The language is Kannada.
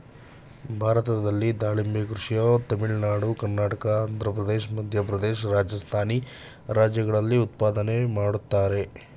ಭಾರತದಲ್ಲಿ ದಾಳಿಂಬೆ ಕೃಷಿಯ ತಮಿಳುನಾಡು ಕರ್ನಾಟಕ ಆಂಧ್ರಪ್ರದೇಶ ಮಧ್ಯಪ್ರದೇಶ ರಾಜಸ್ಥಾನಿ ರಾಜ್ಯಗಳಲ್ಲಿ ಉತ್ಪಾದನೆ ಮಾಡ್ತರೆ